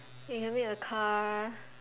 you can make a car